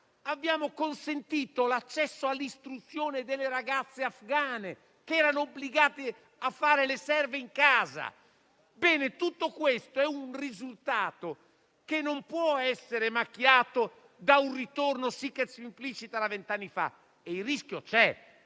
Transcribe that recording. abbiamo consentito l'accesso all'istruzione delle ragazze afghane, che erano obbligate a fare le serve in casa. Tutto questo è un risultato che non può essere macchiato da un ritorno *sic et simpliciter* a vent'anni fa. Il rischio c'è,